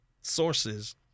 sources